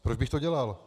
Proč bych to dělal?